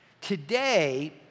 Today